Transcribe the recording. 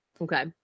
Okay